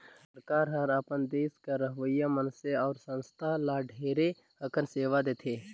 सरकार हर अपन देस कर रहोइया मइनसे अउ संस्था ल ढेरे अकन सेवा देथे